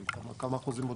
היא כמה אחוזים בודדים.